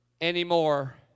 anymore